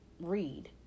read